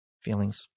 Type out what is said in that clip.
feelings